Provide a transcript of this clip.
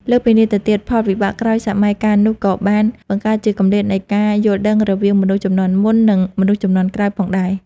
លើសពីនេះទៅទៀត ផលវិបាកក្រោយសម័យកាលនោះក៏បានបង្កើតជាគម្លាតនៃការយល់ដឹងរវាងមនុស្សជំនាន់មុន និងមនុស្សជំនាន់ក្រោយផងដែរ។